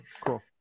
cool